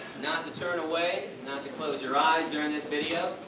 not to turn away, not to close your eyes during this video.